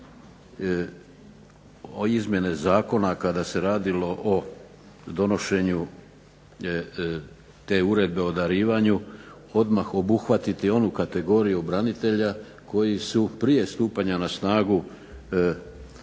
kod izmjene zakona kada se radilo o donošenju te uredbe o darivanju, odmah obuhvatiti onu kategoriju branitelja koji su prije stupanja na snagu te